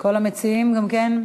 כל המציעים גם כן?